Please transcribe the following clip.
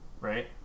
right